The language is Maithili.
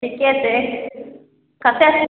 ठीके छै कते